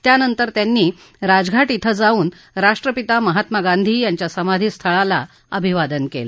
त्यानंतर त्यांनी राजघाट क्वें जाऊन राष्ट्रपिता महात्मा गांधी यांच्या समाधी स्थळाला अभिवादन केलं